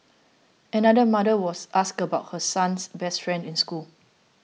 another mother was asked about her son's best friend in school